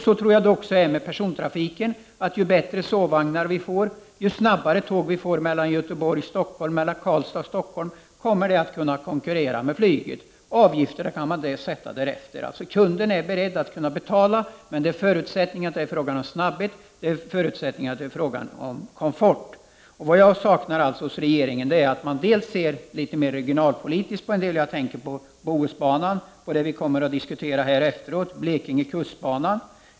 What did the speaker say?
Så tror jag att det är med persontrafik också. Ju bättre sovvagnar vi får, ju snabbare tåg vi får mellan Göteborg och Stockholm, Karlstad och Stockholm osv., desto bättre kommer tåget att kunna konkurrera med flyget. Avgifter kan man sätta därefter. Kunden är beredd att betala. Förutsättningen är snabbhet och komfort. Det jag saknar från regeringen är att man ser mera regionalpolitiskt på detta — jag tänker t.ex. på Bohusbanan och Blekinge kustbana, som vi kommer att diskutera här efteråt.